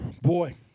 boy